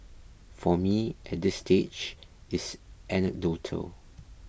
for me at this stage it's anecdotal